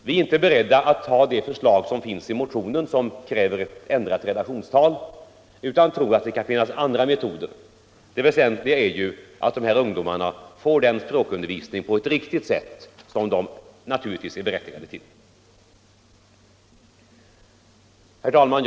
Vi är inte beredda att ta det förslag som finns i motionen, som kräver ett ändrat relationstal, utan tror att det kan finnas andra metoder. Det väsentliga är ju att de här ungdomarna får den språkundervisning på ett riktigt sätt som de naturligtvis är berättigade till. Herr talman!